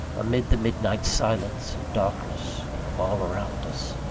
amid the midnight silence and darkness of all around us.